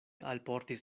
alportis